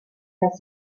dass